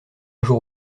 jour